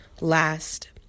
last